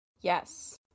Yes